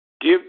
Give